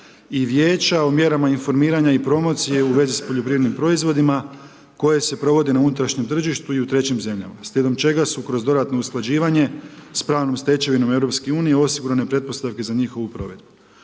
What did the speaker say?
i Vijeća o mjerama informiranja i promocije u vezi s poljoprivrednim proizvodima koje se provode na unutrašnjem tržištu i u trećim zemljama. Slijedom čega su kroz dodatno usklađivanje s pravom stečevinom EU osigurane pretpostavke za njihovu provedbu.